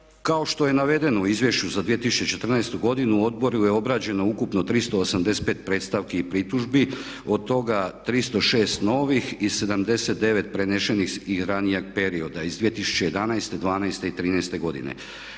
kao što je navedeno u izvješću za 2014. godinu u Odboru je obrađeno ukupno 385 predstavki i pritužbi. Od toga 306 novih i 79 prenešenih iz ranijeg perioda iz 2011., dvanaeste